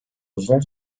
uzun